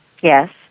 Yes